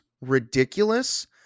ridiculous